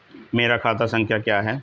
मेरा खाता संख्या क्या है?